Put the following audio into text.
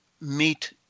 meet